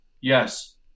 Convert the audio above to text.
Yes